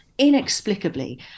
inexplicably